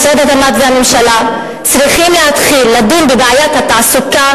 משרד התמ"ת והממשלה צריכים להתחיל לדון בבעיית התעסוקה